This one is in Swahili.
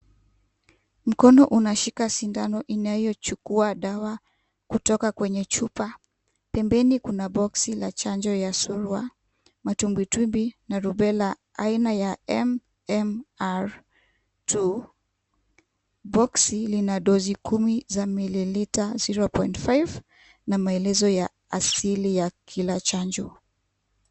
Mkono unashika sindano inayochukua dawa kutoka kwenye chupa. Pembeni kuna boksi la chanjo ya Surua, Matumbwitumbwi na Rubella aina ya MMR-II, boksi lina dozi kumi za mililita 0.5 na maelezo ya asili ya kila chanjo.